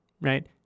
right